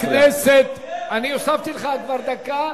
חבר הכנסת, אני אוסיף לך לדקה.